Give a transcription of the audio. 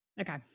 Okay